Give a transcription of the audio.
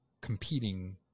competing